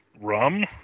Rum